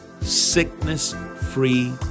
sickness-free